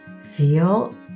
Feel